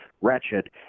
wretched